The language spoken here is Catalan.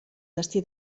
destí